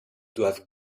doivent